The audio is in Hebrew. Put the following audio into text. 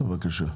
בבקשה,